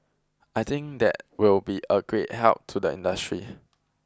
I think that will be a great help to the industry